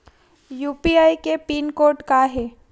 UPI के pin code का हे?